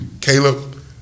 Caleb